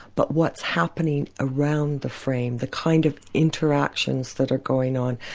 but what's happening around the frame, the kind of interactions that are going on,